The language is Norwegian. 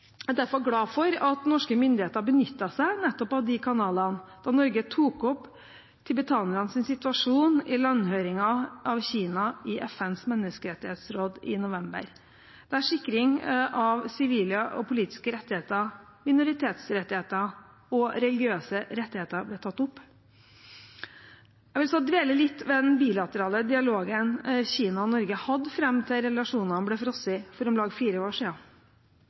Jeg er derfor glad for at norske myndigheter benyttet seg av nettopp de kanalene da Norge tok opp tibetanernes situasjon i landhøringen av Kina i FNs menneskerettighetsråd i november, der sikring av sivile og politiske rettigheter, minoritetsrettigheter og religiøse rettigheter ble tatt opp. Jeg har lyst å dvele litt ved den bilaterale dialogen som Kina og Norge hadde frem til relasjonene ble frosset for om lag fire år